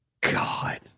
God